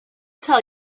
tell